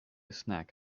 snack